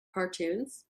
cartoons